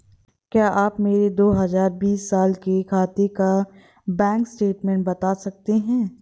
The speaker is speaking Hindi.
क्या आप मेरे दो हजार बीस साल के खाते का बैंक स्टेटमेंट बता सकते हैं?